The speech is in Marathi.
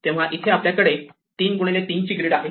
तेव्हा इथे आपल्याकडे ही 3 x 3 ची ग्रीड आहे